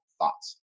Thoughts